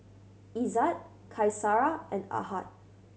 Izzat Qaisara and Ahad